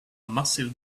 massive